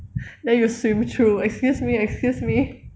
then you swim through excuse me excuse me